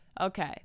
Okay